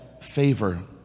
favor